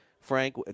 Frank